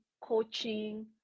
coaching